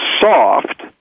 soft